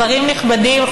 שרים נכבדים,